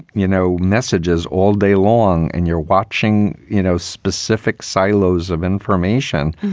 you know, messages all day long and you're watching, you know, specific silos of information,